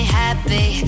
happy